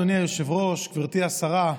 אדוני היושב-ראש, גברתי השרה,